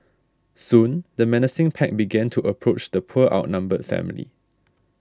soon the menacing pack began to approach the poor outnumbered family